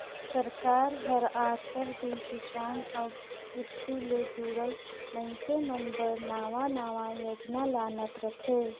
सरकार हर आंतर दिन किसान अउ किरसी ले जुड़ल मइनसे मन बर नावा नावा योजना लानत रहथे